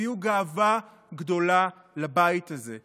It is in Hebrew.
הביאו גאווה גדולה לבית הזה.